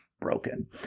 broken